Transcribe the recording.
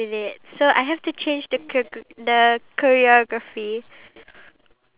but if you were to just take the time and think about other people out there then